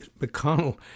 McConnell